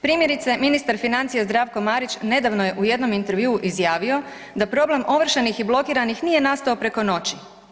Primjerice, ministar financija Zdravko Marić nedavno je u jednom intervju izjavio da problem ovršenih i blokiranih nije nastao preko noći.